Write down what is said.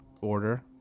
order